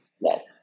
Yes